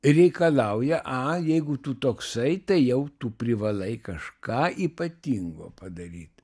reikalauja a jeigu tu toksai tai jau tu privalai kažką ypatingo padaryt